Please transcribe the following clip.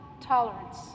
tolerance